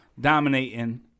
dominating